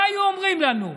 מה היו אומרים לנו?